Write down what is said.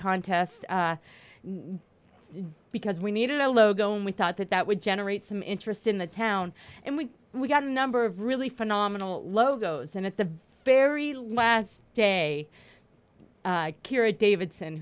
contest because we needed a logo and we thought that that would generate some interest in the town and we got a number of really phenomenal logos and at the very last day here at davidson